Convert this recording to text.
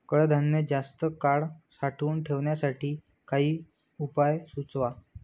कडधान्य जास्त काळ साठवून ठेवण्यासाठी काही उपाय सुचवा?